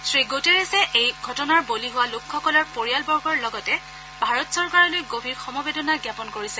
শ্ৰীণুটেৰেছে এই ঘটনাৰ বলি হোৱা লোকসকলৰ পৰিয়ালবৰ্গৰ লগতে ভাৰত চৰকাৰলৈ গভীৰ সমবেদনা জ্ঞাপন কৰিছে